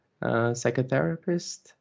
psychotherapist